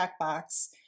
checkbox